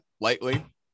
lightly